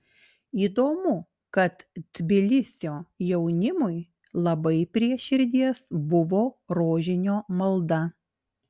įdomu kad tbilisio jaunimui labai prie širdies buvo rožinio malda